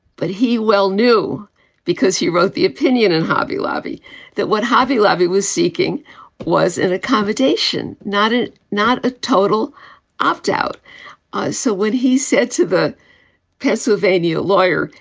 but he well knew because he wrote the opinion in hobby lobby that what hobby lobby was seeking was an accommodation, not it, not a total opt-out. so when he said to the pennsylvania lawyer,